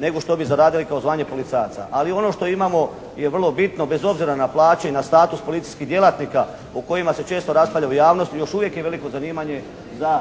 nego što bi zaradili kao zvanjem policajaca. Ali ono što imamo je vrlo bitno bez obzira na plaće i na status policijskih djelatnika o kojima se često raspravlja u hrvatskoj javnosti, još uvijek je veliko zanimanje za